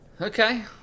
Okay